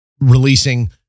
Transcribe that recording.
releasing